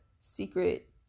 secret